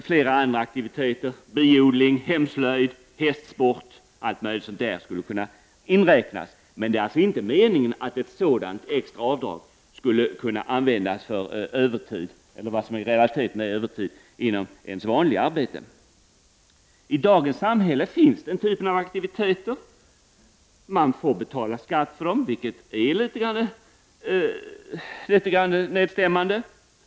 Flera aktiviteter, såsom biodling, hemslöjd och hästsport, skulle också kunna inräknas här. Däremot är det inte meningen att det extra avdraget skall utnyttjas för vad som i realiteten är övertid i det vanliga arbetet. I dagens samhälle finns den typen av aktiviteter. Men man får betala skatt i det avseendet, vilket gör en litet nedstämd.